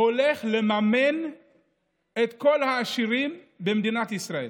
הולך לממן את כל העשירים במדינת ישראל.